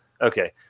okay